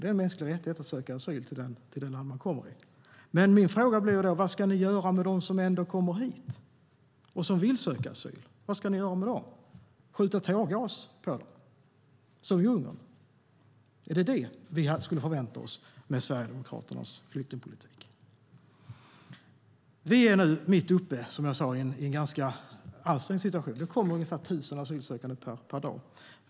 Det är en mänsklig rättighet att söka asyl i det land man kommer till. Men vad ska ni göra med dem som ändå kommer hit och som vill söka asyl? Ska ni skjuta tårgas på dem som i Ungern? Är det vad vi kan förvänta oss av Sverigedemokraternas flyktingpolitik? Vi är nu, som jag sa, mitt uppe i en ganska ansträngd situation. Det kommer ungefär 1 000 asylsökande per dag.